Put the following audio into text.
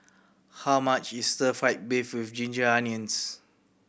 how much is Stir Fry beef with ginger onions